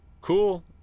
cool